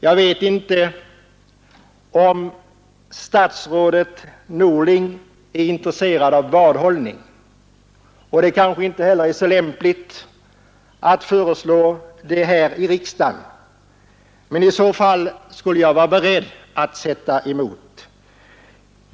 Jag vet inte om statsrådet Norling är intresserad av vadhållning, och det är kanske inte heller så lämpligt att föreslå en sådan här i dag, men i så fall skulle jag vara beredd att sätta emot statsrådet.